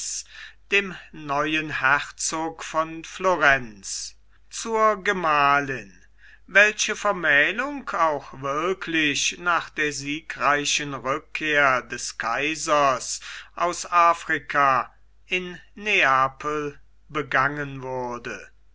dem neuen herzog von florenz zur gemahlin welche vermählung auch wirklich nach der siegreichen rückkehr des kaisers aus afrika in neapel begangen wurde